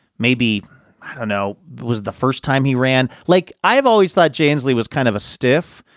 maybe i know was the first time he ran. like, i have always thought jay inslee was kind of a stiff,